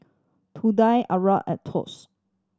Trudie and Thos